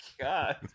God